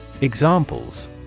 Examples